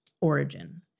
origin